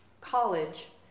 college